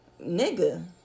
nigga